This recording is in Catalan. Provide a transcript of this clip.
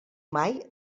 mai